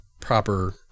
proper